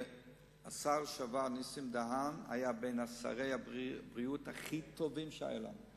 שהשר לשעבר נסים דהן היה בין שרי הבריאות הכי טובים שהיו לנו.